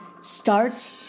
starts